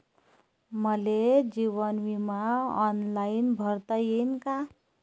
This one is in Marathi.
मले जीवन बिमा ऑनलाईन भरता येईन का?